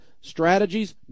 strategies